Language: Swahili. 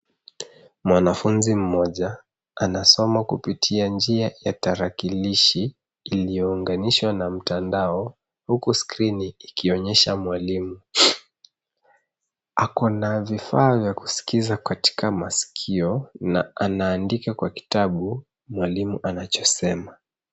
Mwanafunzi mmoja, anasoma kupitia njia ya tarakilishi, iliyounganishwa na mtandao, huku skrini ikionyesha mwalimu. Ako na vifaa vya kusikiza katika masikio, na anaandika kwa kitabu, mwalimu anachosema.